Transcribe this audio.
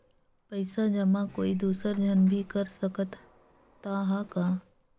पइसा जमा कोई दुसर झन भी कर सकत त ह का?